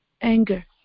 Anger